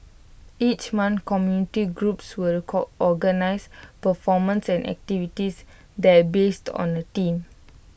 each month community groups will organise performances and activities there based on A theme